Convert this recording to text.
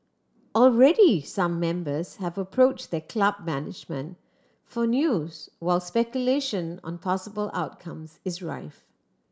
already some members have approached their club management for news while speculation on possible outcomes is rife